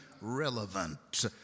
relevant